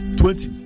twenty